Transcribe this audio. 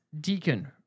Deacon